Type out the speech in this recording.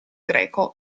greco